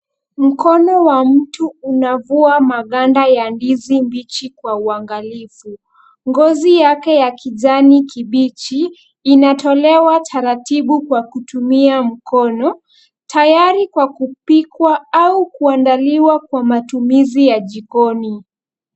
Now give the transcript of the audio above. Mkono wa mtu unavua maganda ya ndizi mbichi kwa uangalifu. Ngozi yake ya kijani kibichi, inatolewa taratibu kwa kutumia mkono, tayari kwa kupikwa au kuandaliwa kwa matumizi ya jikoni.